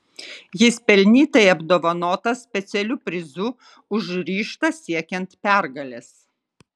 jis pelnytai apdovanotas specialiu prizu už ryžtą siekiant pergalės